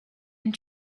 and